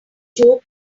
joe